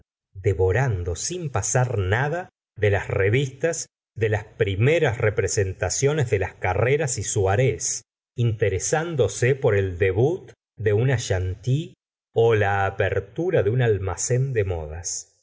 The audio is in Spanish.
devorando sin pasar nada de las revistas de las primeras representaciones de las carreras y soirées interesándose por el debut de una chanteusse la apertura de un almacén de modas